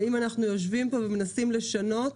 ואם אנחנו יושבים פה ומנסים לשנות,